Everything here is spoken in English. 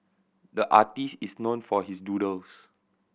the artist is known for his doodles